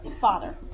father